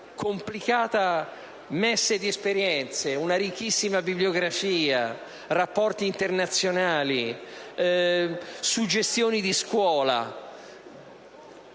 complicata messe di esperienze, una ricchissima bibliografia, rapporti internazionali, suggestioni di scuola.